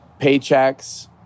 Paychecks